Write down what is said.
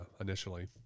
initially